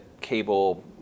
cable